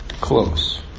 close